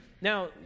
Now